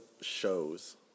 shows